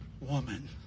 woman